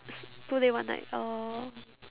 two day one night oh